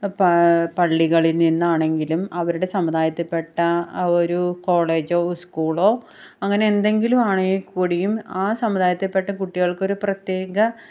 പള്ളികളിൽ നിന്നാണെങ്കിലും അവരുടെ സമുദായത്തിൽപ്പെട്ട ഒരു കോളേജോ സ്കൂളോ അങ്ങനെയെന്തെങ്കിലുമാണെങ്കിൽക്കൂടിയും ആ സമുദായത്തിപ്പെട്ട കുട്ടികൾക്കൊരു പ്രത്യേക